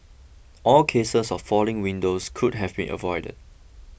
all cases of falling windows could have been avoided